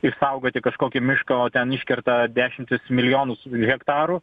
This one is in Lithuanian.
išsaugoti kažkokį mišką o ten iškerta dešimtis milijonus hektarų